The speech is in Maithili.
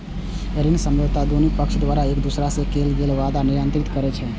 ऋण समझौता दुनू पक्ष द्वारा एक दोसरा सं कैल गेल वादा कें नियंत्रित करै छै